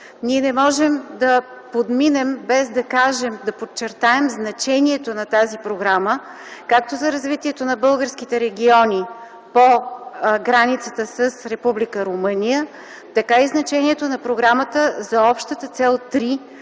Ние не можем да подминем, без да подчертаем значението на тази програма както за развитието на българските региони по границата с Република Румъния, така и за общата Цел 3